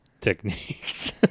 techniques